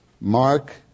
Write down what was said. Mark